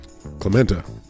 Clementa